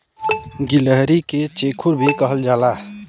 गिलहरी के चेखुर भी कहल जाला